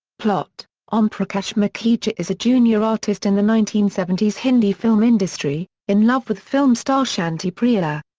plot om prakash makhija is a junior artist in the nineteen seventy s hindi film industry, in love with film star shanti priya.